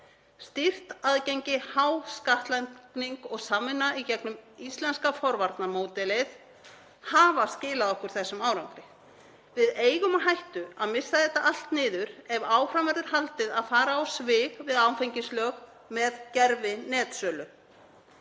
Stýrt aðgengi, há skattlagning og samvinna í gegnum íslenska forvarnamódelið hafa skilað okkur þessum árangri. Við eigum á hættu að missa þetta allt niður ef áfram verður haldið að fara á svig við áfengislög með gervinetsölu.